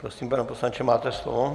Prosím, pane poslanče, máte slovo.